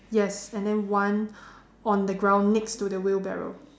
yes and then one on the ground next to the wheelbarrow